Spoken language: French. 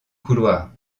couloir